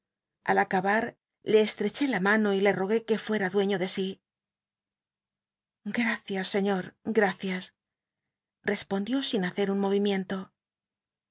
al acabar le estreché la mano y le rogué que fuera dueiio de si gtacias señor gracias rcsponclió in hacer un movimiento